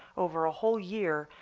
over a whole year,